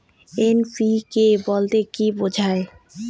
NPK বলতে কী বোঝায়?